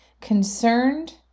concerned